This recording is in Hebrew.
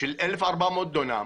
של 1,400 דונם.